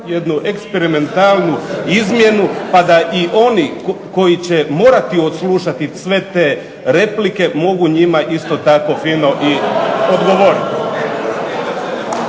jednu eksperimentalnu izmjenu, pa da i oni koji će morati odslušati sve te replike mogu njima isto tako fino i odgovoriti.